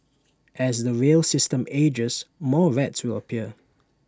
as the rail system ages more rats will appear